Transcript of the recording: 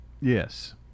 yes